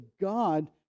God